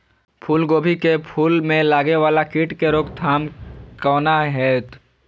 फुल गोभी के फुल में लागे वाला कीट के रोकथाम कौना हैत?